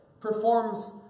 performs